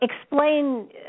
Explain